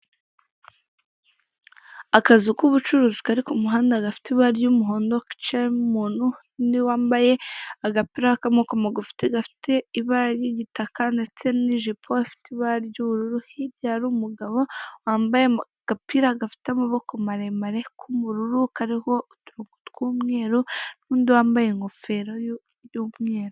Akazu k'ubucuruzi kari ku muhanda, gafite ibara ry'umuhondo hicayemo umuntu, n'undi wambaye agapira k'amakoboko magufi gafite ibara ry'igitaka ndetse n'ijipo ifite ibara ry'ubururu, hirya hari umugabo wambaye agapira gafite amaboko maremare k'ubururu kariho uturongo tw'umweru n'undi wambaye ingofero y'umweru.